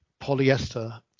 polyester